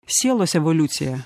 sielos evoliuciją